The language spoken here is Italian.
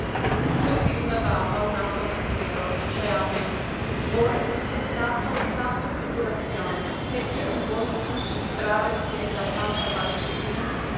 poi si rilevava un altro pensero e dicea a me or tu se stato in tanta tribulazione perché non vuoli tu ritrarre te da tanta amaritudine tu